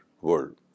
world